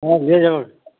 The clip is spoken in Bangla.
হ্যাঁ দিয়ে যাবো